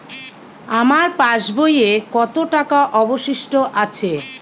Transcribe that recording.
আমার পাশ বইয়ে কতো টাকা অবশিষ্ট আছে?